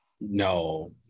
No